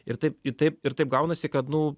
ir taip taip ir taip gaunasi kad nu